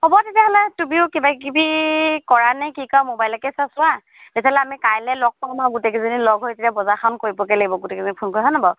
হ'ব তেতিয়াহ'লে তুমিও কিবা কিবি কৰা নে কি কৰা মোবাইলকে চা চোৱা তেতিয়াহ'লে আমি কাইলৈ লগ পাম আৰু গোটেইকেইজনী লগ হৈ তেতিয়া বজাৰখন কৰিবগৈ লাগিব গোটেইজনী ফোন কৰি হয়নে বাৰু